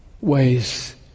ways